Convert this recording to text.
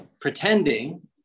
pretending